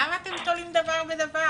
למה אתם תולים דבר בדבר?